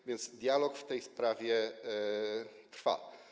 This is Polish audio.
A więc dialog w tej sprawie trwa.